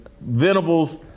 Venables